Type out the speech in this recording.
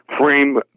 frame